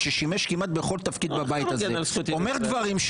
שכמו שאמרתי,